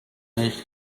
nicht